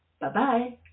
Bye-bye